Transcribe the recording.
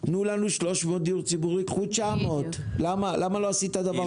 תנו לנו 300 לדיור ציבורי וקחו 900. למה לא עשית דבר כזה?